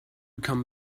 come